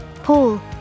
Paul